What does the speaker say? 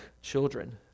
children